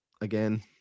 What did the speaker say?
again